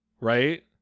right